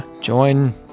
join